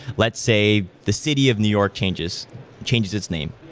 let's say the city of new york changes changes its name.